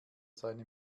seine